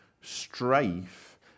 strife